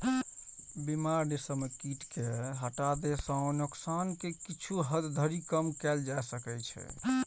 बीमार रेशम कीट कें हटा दै सं नोकसान कें किछु हद धरि कम कैल जा सकै छै